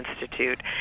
Institute